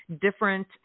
different